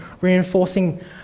reinforcing